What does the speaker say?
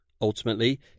Ultimately